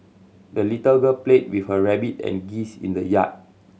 the little girl played with her rabbit and geese in the yard